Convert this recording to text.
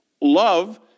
Love